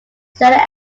standing